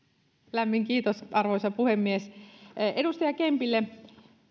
lämmin kiitos arvoisa puhemies edustaja kempille